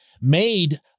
made